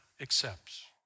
accepts